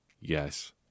yes